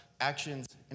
actions